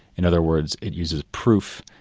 in other words, it uses proof.